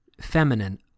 feminine